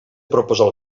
proposar